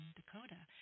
Dakota